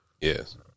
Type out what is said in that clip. Yes